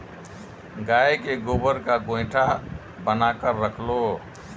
गाय के गोबर का गोएठा बनाकर रख लो